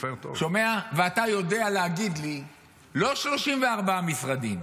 ואתה יודע להגיד לי לא 34 משרדים,